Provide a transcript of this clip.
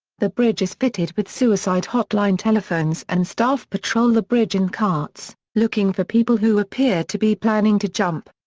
the bridge is fitted with suicide-hotline telephones and staff patrol the bridge in carts, looking for people who appear to be planning to jump.